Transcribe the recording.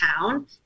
town